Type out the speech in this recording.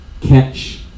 catch